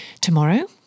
Tomorrow